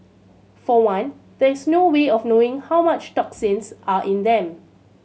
for one there is no way of knowing how much toxins are in them